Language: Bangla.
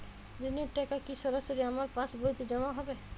ঋণের টাকা কি সরাসরি আমার পাসবইতে জমা হবে?